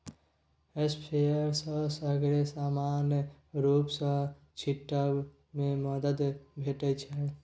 sprayer सँ सगरे समान रुप सँ छीटब मे मदद भेटै छै